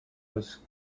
was